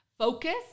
Focus